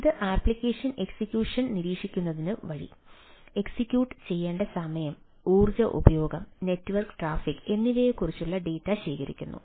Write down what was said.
ഇത് application execution നിരീക്ഷിക്കുന്നതു വഴി എക്സിക്യൂട്ട് ചെയ്യേണ്ട സമയം ഊർജ്ജ ഉപഭോഗം നെറ്റ്വർക്ക് ട്രാഫിക് എന്നിവയെക്കുറിച്ചുള്ള ഡാറ്റ ശേഖരിക്കുന്നു